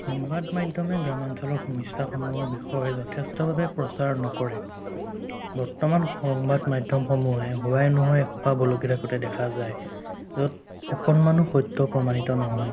সংবাদ মাধ্যমে গ্ৰাম্যাঞ্চলৰ সমস্যাসমূহৰ বিষয়ে যথেষ্টভাৱে প্ৰচাৰ নকৰে বৰ্তমান সংবাদ মাধ্যম সমূহে হোৱাই নোহোৱাই এসোপা বলকি থাকোঁতে দেখা যায় য'ত অকণমানো সত্য প্ৰমাণিত নহয়